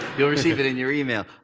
you'll receive it in your email.